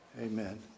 Amen